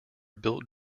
built